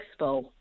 expo